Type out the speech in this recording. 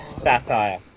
Satire